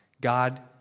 God